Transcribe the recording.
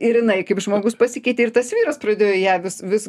ir jinai kaip žmogus pasikeitė ir tas vyras pradėjo į ją vis vis